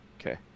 Okay